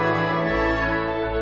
and